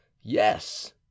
yes